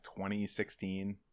2016